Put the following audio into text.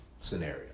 Scenario